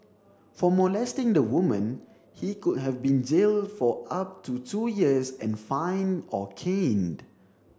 for molesting the woman he could have been jailed for up to two years and fined or caned